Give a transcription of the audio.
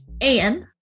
And-